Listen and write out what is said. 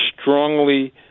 strongly